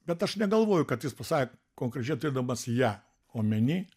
bet aš negalvoju kad jis pasakė konkrečiai turėdamas ją omeny